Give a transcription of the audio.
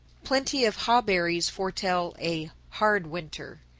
plenty of hawberries foretell a hard winter,